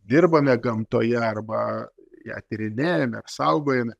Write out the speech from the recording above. dirbame gamtoje arba ją tyrinėjame saugojame